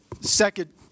second